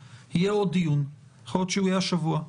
יהיה עוד דיון, יכול להיות שהוא יהיה השבוע.